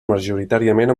majoritàriament